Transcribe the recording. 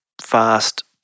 fast